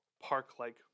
park-like